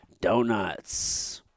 Donuts